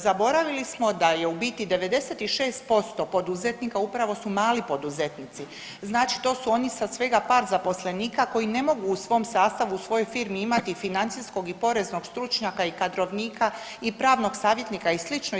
Zaboravili smo da je u biti 96% poduzetnika upravo su mali poduzetnici, znači to su oni sa svega par zaposlenika koji ne mogu u svom sastavu, svojoj firmi imati financijskog i poreznog stručnjaka i kadrovnika i pravnog savjetnika i slično.